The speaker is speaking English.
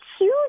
huge